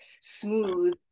smooth